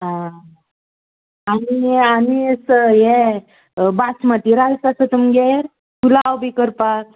आं आनी आनी हे हें बासमती रायस आसा तुमगेर पुलाव बी करपाक